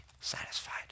satisfied